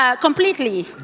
completely